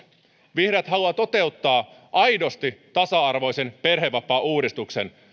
vihreät haluaa toteuttaa aidosti tasa arvoisen perhevapaauudistuksen